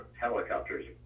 helicopters